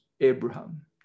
Abraham